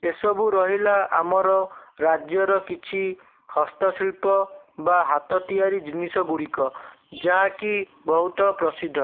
ଏସବୁ ରହିଲା ଆମର ରାଜ୍ୟର କିଛି ହସ୍ତଶିଳ୍ପ ବା ହାତ ତିଆରି ଜିନିଷ ଗୁଡ଼ିକ ଯାହାକି ବହୁତ ପ୍ରସିଦ୍ଧ